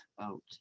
out